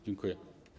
Dziękuję.